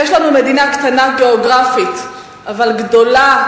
יש לנו מדינה קטנה גיאוגרפית אבל גדולה,